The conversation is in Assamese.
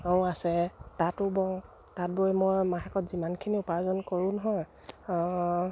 আছে তাঁতো বওঁ তাঁত বৈ মই মাহেকত যিমানখিনি উপাৰ্জন কৰোঁ নহয়